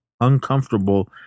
uncomfortable